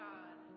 God